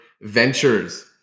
Ventures